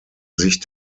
sich